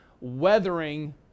weathering